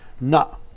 no